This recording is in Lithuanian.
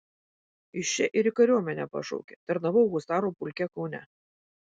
iš čia ir į kariuomenę pašaukė tarnavau husarų pulke kaune